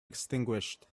extinguished